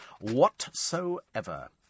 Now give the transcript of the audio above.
whatsoever